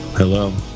Hello